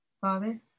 Father